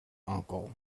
uncle